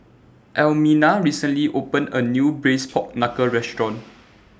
Almina recently opened A New Braised Pork Knuckle Restaurant